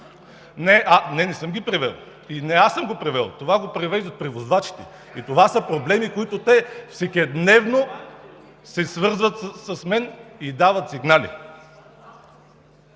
Не, не съм ги превел. Не аз съм ги превел. Превеждат ги превозвачите и това са проблеми, за които те всекидневно се свързват с мен и дават сигнали.